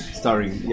starring